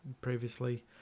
previously